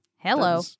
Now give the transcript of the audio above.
Hello